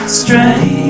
strange